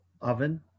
oven